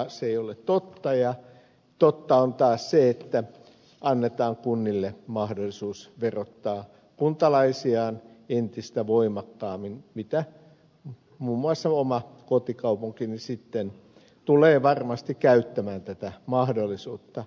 se ei ole totta ja totta on taas se että annetaan kunnille mahdollisuus verottaa kuntalaisiaan entistä voimakkaammin mitä mahdollisuutta muun muassa oma kotikaupunkini sitten tulee varmasti käyttämään hätätilanteessa